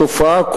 התופעה,